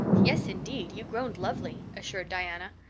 yes, indeed, you groaned lovely, assured diana.